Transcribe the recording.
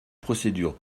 procédure